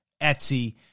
etsy